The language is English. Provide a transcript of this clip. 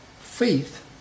faith